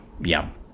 yum